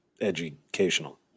educational